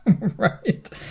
Right